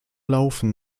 laufen